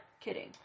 kidding